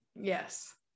yes